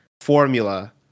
formula